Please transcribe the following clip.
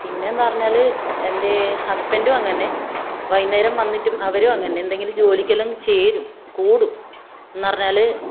പിന്നെ എന്താണ് പറഞ്ഞാൽ എൻറെ ഹസ്ബൻഡും അങ്ങനെ തന്നെ വൈകുന്നേരം വന്നിട്ടും അവരും അങ്ങനെ തന്നെ എന്തെങ്കിലും ജോലിക്കെല്ലാം ചേരും കൂടും എന്ന് പറഞ്ഞാൽ